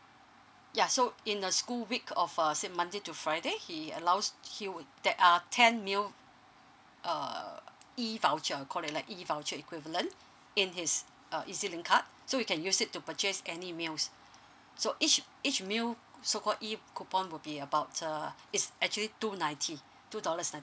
ya so in the school week of err say monday to friday he allows he would that are ten meal uh e voucher um called like e voucher equivalent in his uh ezlink card so you can use it to purchase any meals so each each meal so called e coupon will be about uh it's actually two ninety two dollars ninety